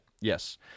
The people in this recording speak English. Yes